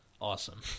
awesome